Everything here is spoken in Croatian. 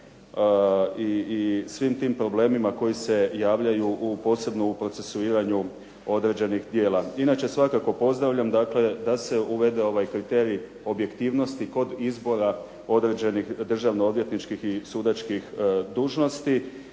svim tim problemima koji se javljaju posebno u procesuiranju određenih tijela. Inače svakako pozdravljam da se uvede ovaj kriterij objektivnosti kod izbora određenih državno odvjetničkih i sudačkih dužnosti